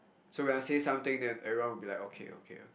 so when I say something everyone will be like okay okay